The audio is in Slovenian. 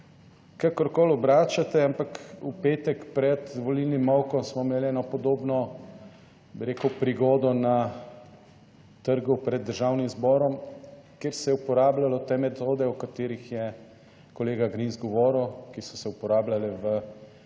kakorkoli obračate, ampak v petek pred volilnim molkom smo imeli eno podobno, bi rekel, prigodo na trgu pred Državnim zborom, kjer se je uporabljalo te metode, o katerih je kolega Grims govoril, ki so se uporabljale v